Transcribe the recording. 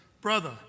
brother